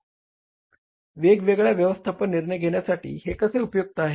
वेगवेगळे व्यवस्थापन निर्णय घेण्यासाठी हे कसे उपयुक्त आहे